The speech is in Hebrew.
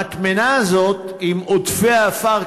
המטמנה הזאת עם עודפי העפר,